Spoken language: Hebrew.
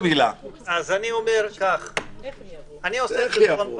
אני עושה חשבון פשוט,